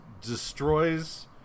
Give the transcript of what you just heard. destroys